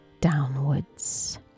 downwards